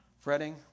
Fretting